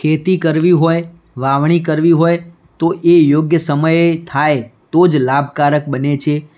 ખેતી કરવી હોય વાવણી કરવી હોય તો એ યોગ્ય સમયે થાય તોજ લાભકારક બને છે